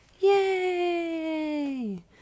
Yay